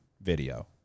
video